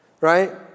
Right